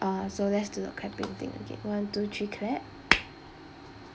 uh so let's do the clapping thing again one two three clap